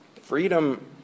Freedom